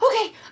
okay